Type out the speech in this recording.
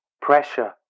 Pressure